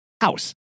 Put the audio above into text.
house